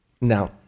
Now